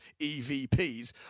EVPs